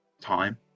time